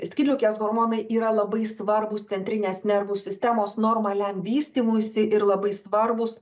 skydliaukės hormonai yra labai svarbūs centrinės nervų sistemos normaliam vystymuisi ir labai svarbūs